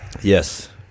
Yes